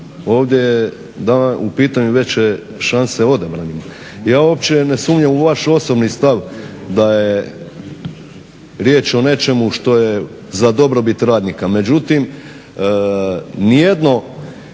ovdje je u pitanju veće šanse odabranima. Ja uopće ne sumnjam u vaš osobni stav da je riječ o nečemu što je za dobrobit radnika.